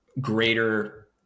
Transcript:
greater